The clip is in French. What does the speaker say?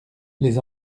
les